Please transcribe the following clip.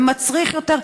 ומצריך יותר,